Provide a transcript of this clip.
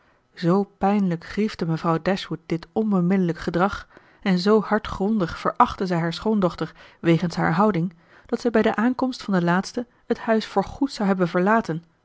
zoo pijnlijk griefde mevrouw dashwood dit onbeminnelijk gedrag en zoo hartgrondig verachtte zij haar schoondochter wegens haar houding dat zij bij de aankomst van de laatste het huis voorgoed zou hebben verlaten